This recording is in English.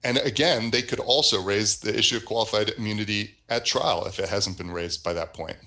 and again they could also raise the issue of qualified immunity at trial if it hasn't been raised by that point